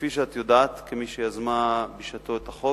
כפי שאת יודעת, כמי שיזמה בשעתו את החוק,